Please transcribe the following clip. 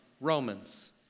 Romans